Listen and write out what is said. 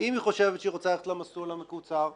אם היא חושבת שהיא רוצה ללכת למסלול המקוצר --- לא,